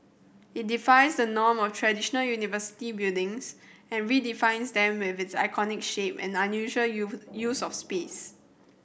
it defies the norm of traditional university buildings and redefines them with its iconic shape and unusual use of space